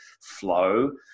flow